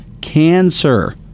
cancer